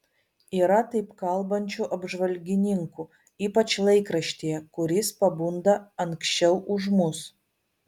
yra taip kalbančių apžvalgininkų ypač laikraštyje kuris pabunda anksčiau už mus